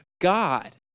God